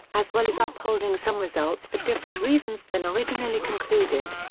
as well as upholding some results for different reasons than originally concluded.